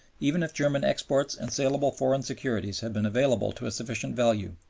even if german exports and saleable foreign securities had been available to a sufficient value,